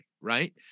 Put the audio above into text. right